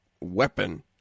weapon